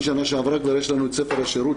משנה שעברה כבר יש לנו את ספר השירות,